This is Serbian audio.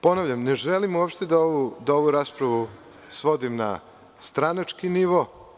Ponavljam, ne želim uopšte da ovu raspravu svodim na stranački nivo.